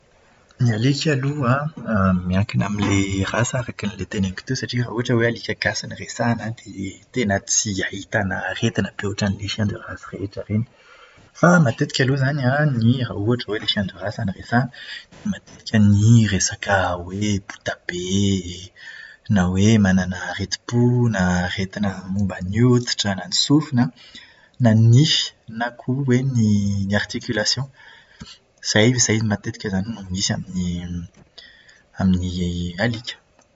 Ny alika aloha an, miankina amin'ilay rasa araka ny teneniko teo satria raha ohatra hoe alika gasy no resahana dia tena tsy ahitàna aretina be ohatran'ireny "chiens de race" rehetra ireny. Fa matetika aloha izany an, ny raha ohatra hoe "chien de race" no resahana, matetika ny resaka hoe bota be, na hoe manana aretim-po na aretina amin'ny hoditra na sofina, na ny nify na koa hoe ny "articulations". Izay matetika izany no misy amin'ny amin'ny alika.